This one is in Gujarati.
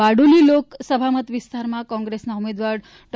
બારડોલી લોકસભામત વિસ્તારમાં કોંગ્રેસના ઉમેદવાર ડૉ